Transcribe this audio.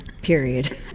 period